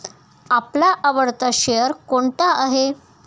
आपला आवडता शेअर कोणता आहे?